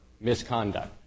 misconduct